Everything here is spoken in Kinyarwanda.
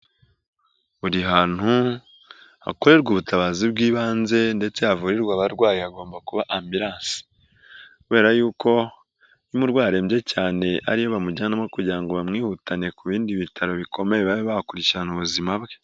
Buri hantu hakorerwa ubutabazi bw'ibanze ndetse havurirwa abarwayi hagomba kuba ambilansi, kubera y'uko iyo umurwayi arembye cyane ariyo bamujyanamo kugira ngo bamwihutane ku bindi bitaro bikomeye babe bakurikirana ubuzima bwe.